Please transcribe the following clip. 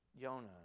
Jonah